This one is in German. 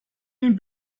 den